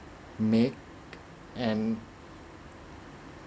make and